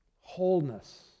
wholeness